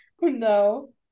No